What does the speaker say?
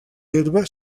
herba